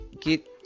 get